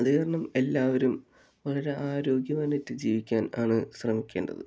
അത് കാരണം എല്ലാവരും വളരെ ആരോഗ്യവാനായിട്ടാണ് ജീവിക്കാൻ ആണ് ശ്രമിക്കേണ്ടത്